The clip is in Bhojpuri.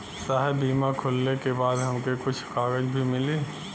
साहब बीमा खुलले के बाद हमके कुछ कागज भी मिली?